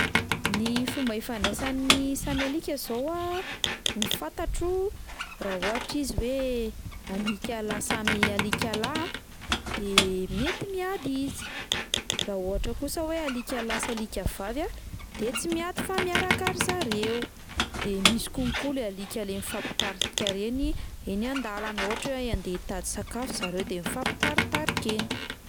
Ny fomba ifandraisan'ny samy alika zao a, ny fantatro raha ohatra izy hoe alika lahy samy alika lahy a de mety miady izy, raha ohatra kosa hoe alika lahy sy alika vavy a de tsy miady fa miaraka ry zareo, de misy konko le alika le mifampitarika ireny eny an-dàlana ohatra hoe handeha hitady sakafo zareo de mifampitaritarika eny.